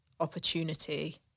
opportunity